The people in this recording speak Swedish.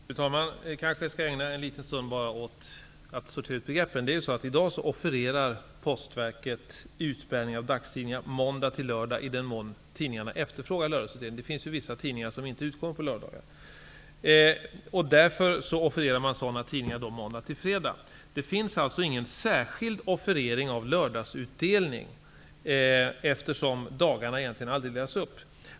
Fru talman! Jag kanske skall ägna en liten stund åt att sortera begreppen. I dag offererar Postverket utbärning av dagstidningar måndag till lördag i den mån tidningarna efterfrågar lördagsutdelning. Det finns ju tidningar som inte utkommer på lördagar. Därför offererar man sådana tidningar måndag till fredag. Det finns alltså ingen särskild offerering av lördagsutdelning, eftersom det egentligen aldrig sker någon uppdelning på dagar.